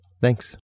Thanks